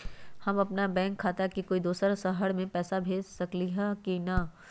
हम अपन बैंक खाता से कोई दोसर शहर में पैसा भेज सकली ह की न?